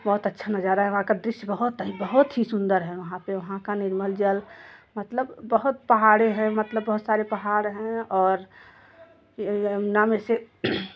बहुत अच्छा नज़ारा है वहाँ का दृश्य बहुत ही बहुत ही सुंदर है वहाँ पे वहाँ का निर्मल जल मतलब बहुत पहाड़े हैं मतलब बहुत सारे पहाड़ हैं और नाम से